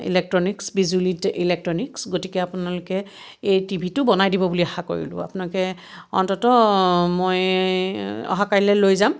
electronics বিজুলী electronics গতিকে আপোনালোকে এই টিভিটো বনাই দিব বুলি আশা কৰিলোঁ আপোনালোকে অন্তত মই অহা কাইলৈ লৈ যাম